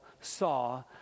saw